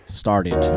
started